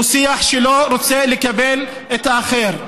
הוא שיח שלא רוצה לקבל את האחר?